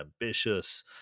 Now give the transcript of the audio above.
ambitious